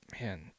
man